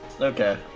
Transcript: Okay